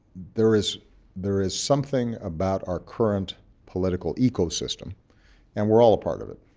there is there is something about our current political ecosystem and we're all part of it,